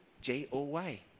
J-O-Y